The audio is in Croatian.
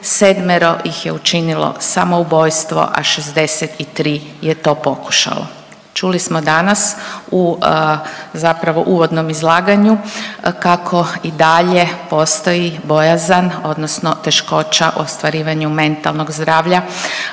sedmero ih je učinilo samoubojstvo, a 63 je to pokušalo. Čuli smo danas u uvodnom izlaganju kako i dalje postoji bojazan odnosno teškoća o ostvarivanju mentalnog zdravlja